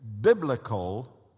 biblical